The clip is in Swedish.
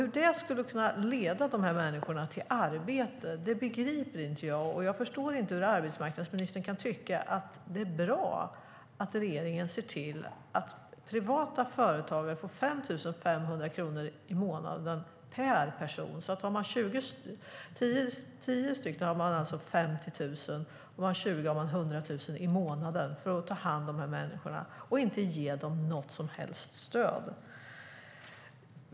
Hur det skulle kunna leda dessa människor till arbete begriper inte jag. Jag förstår inte hur arbetsmarknadsministern kan tycka att det är bra att regeringen ser till att privata företagare får 5 500 kronor i månaden per person. Om man har 10 stycken får man alltså 50 000, och om man har 20 stycken får man 100 000 kronor i månaden för att ta hand om de här människorna utan att ge dem något som helst stöd.